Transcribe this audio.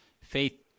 faith